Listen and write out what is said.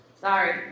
Sorry